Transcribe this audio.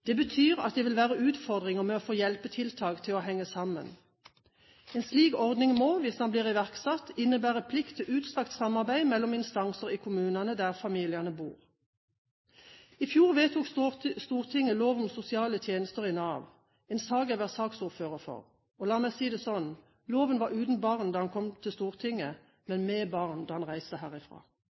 Det betyr at det vil være utfordringer for å få hjelpetiltak til å henge sammen. En slik ordning må – hvis den blir iverksatt – innebære plikt til utstrakt samarbeid mellom instanser i kommunene, der familiene bor. I fjor vedtok Stortinget lov om sosiale tjenester i Nav – en sak jeg var saksordfører for. La meg si det sånn: Loven var uten barn da den kom til Stortinget, men med barn da den reiste